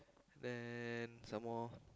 then some more